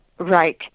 Right